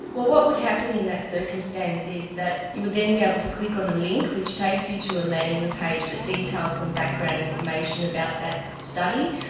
well, what would happen in that circumstance is that you would then be able to click on a link which takes you to a landing page that details some background information about that study,